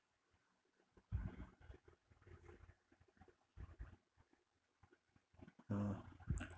mm